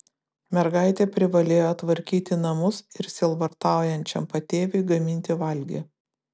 mergaitė privalėjo tvarkyti namus ir sielvartaujančiam patėviui gaminti valgį